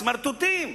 סמרטוטים.